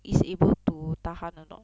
is able to tahan or not